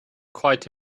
quite